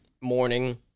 morning